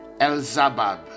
Elzabab